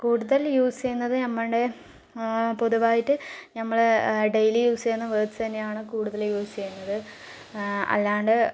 കൂടുതൽ യൂസ് ചെയ്യുന്നത് നമ്മുടെ പൊതുവായിട്ട് ഞമ്മള് ഡെയിലി യൂസ് ചെയ്യുന്ന വേർഡ്സ് തന്നെയാണ് കൂടുതലും യൂസ് ചെയ്യുന്നത് അല്ലാണ്ട്